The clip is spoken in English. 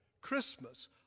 Christmas